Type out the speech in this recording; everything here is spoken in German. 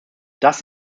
das